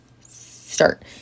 start